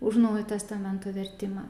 už naujojo testamento vertimą